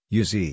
uz